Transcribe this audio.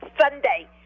Sunday